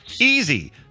Easy